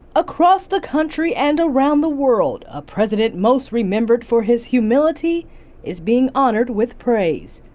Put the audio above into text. across the country and around the world, a president most remembered for his humility is being honored with praise.